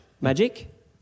magic